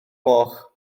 gloch